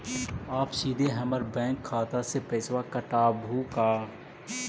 आप सीधे हमर बैंक खाता से पैसवा काटवहु का?